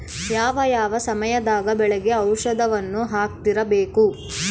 ಯಾವ ಯಾವ ಸಮಯದಾಗ ಬೆಳೆಗೆ ಔಷಧಿಯನ್ನು ಹಾಕ್ತಿರಬೇಕು?